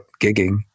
gigging